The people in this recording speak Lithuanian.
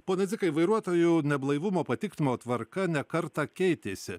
pone dikai vairuotojų neblaivumo patikrinimo tvarka ne kartą keitėsi